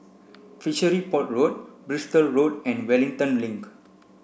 Fishery Port Road Bristol Road and Wellington Link